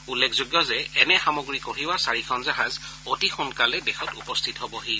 উল্লেখযোগ্য যে এনে সামগ্ৰী কঢ়িওৱা চাৰিখন জাহাজ অতি সোনকালে দেশত উপস্থিত হবহি